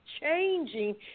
changing